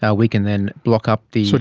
ah we can then block up the,